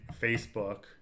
Facebook